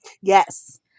Yes